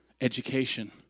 education